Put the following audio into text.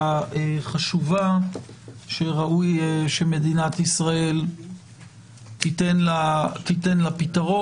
חשובה שראוי שמדינת ישראל תיתן לה פתרון.